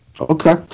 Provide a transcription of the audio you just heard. Okay